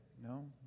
no